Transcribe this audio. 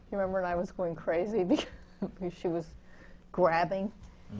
remember? and i was going crazy because she was grabbing?